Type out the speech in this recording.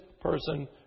person